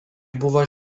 buvo